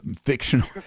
fictional